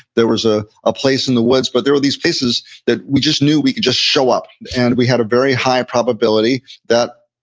there was ah a place in the woods, but there were these places that we just knew we could just show up, and we had a very high probability that